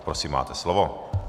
Prosím, máte slovo.